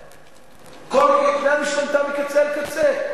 כביש 6. כל יוקנעם השתנתה מקצה לקצה.